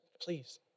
please